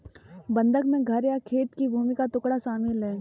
बंधक में घर या खेत की भूमि का टुकड़ा शामिल है